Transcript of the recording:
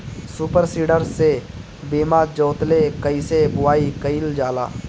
Super seeder से बीना जोतले कईसे बुआई कयिल जाला?